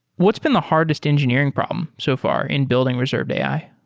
what's been the hardest engineering problem so far in building reserved ai?